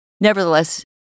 nevertheless